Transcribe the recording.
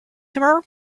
tomorrow